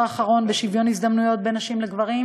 האחרון בשוויון הזדמנויות בין נשים לגברים,